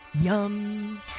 Yum